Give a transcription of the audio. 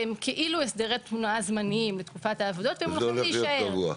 שהם כאילו הסדרי תנועה זמניים לתקופת העבודות וזה הולך להישאר.